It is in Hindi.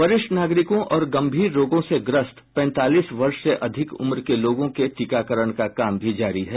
वरिष्ठ नागरिकों और गंभीर रोगों से ग्रस्त पैंतालीस वर्ष से अधिक उम्र के लोगों के टीकाकरण का काम भी जारी है